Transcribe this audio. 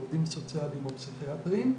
עובדים סוציאליים או פסיכיאטרים,